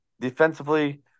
defensively